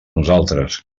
nosaltres